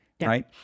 right